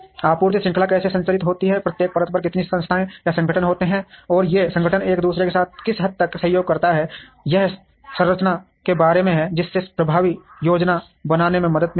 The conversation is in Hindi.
आपूर्ति श्रृंखला कैसे संरचित होती है प्रत्येक परत पर कितनी संस्थाएँ या संगठन होते हैं और ये संगठन एक दूसरे के साथ किस हद तक सहयोग करते हैं यह संरचना के बारे में है जिससे प्रभावी योजना बनाने में मदद मिलेगी